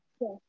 Yes